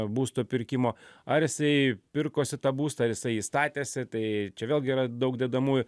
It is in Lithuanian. būsto pirkimo ar jisai pirkosi tą būstą ar jisai jį statėsi tai čia vėlgi yra daug dedamųjų